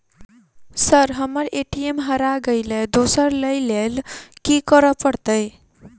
Sir हम्मर ATM हरा गइलए दोसर लईलैल की करऽ परतै?